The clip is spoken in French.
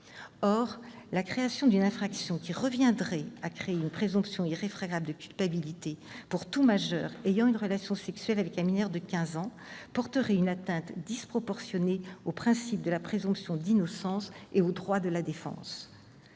Or la création d'une infraction qui reviendrait à créer une présomption irréfragable de culpabilité pour tout majeur ayant une relation sexuelle avec un mineur de quinze ans porterait une atteinte disproportionnée au principe de la présomption d'innocence et aux droits de la défense.